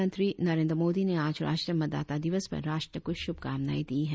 प्रधानमंत्री नरेन्द्र मोदी ने आज राष्ट्रीय मतदाता दिवस पर राष्ट्र को शुभकामनाएं दी हैं